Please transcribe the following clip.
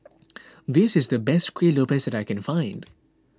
this is the best Kueh Lopes that I can find